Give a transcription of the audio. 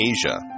Asia